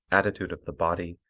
attitude of the body,